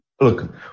look